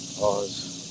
pause